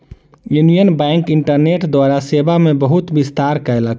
union Bank internet द्वारा सेवा मे बहुत विस्तार कयलक